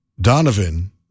Donovan